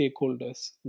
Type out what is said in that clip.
stakeholders